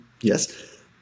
Yes